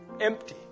Empty